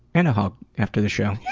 and a hug after the show. yeah